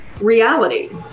reality